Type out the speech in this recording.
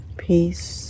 peace